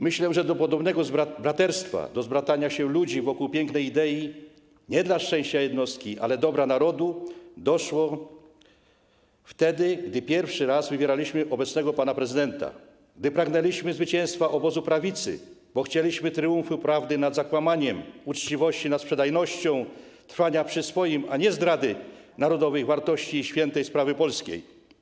Myślę, że do podobnego braterstwa, do zbratania się ludzi wokół pięknej idei, nie dla szczęścia jednostki, ale dobra narodu, doszło wtedy, gdy pierwszy raz wybieraliśmy obecnego pana prezydenta, gdy pragnęliśmy zwycięstwa obozu prawicy, bo chcieliśmy triumfu prawdy nad zakłamaniem, uczciwości nad sprzedajnością, trwania przy swoim, a nie zdrady narodowych wartości i świętej sprawy polskiej.